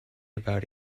about